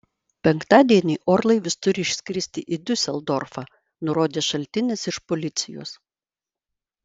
penktadienį orlaivis turi išskristi į diuseldorfą nurodė šaltinis iš policijos